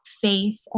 faith